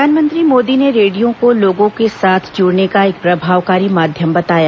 प्रधानमंत्री मोदी ने रेडियो को लोगों के साथ जुड़ने का एक प्रभावकारी माध्यम बताया